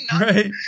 right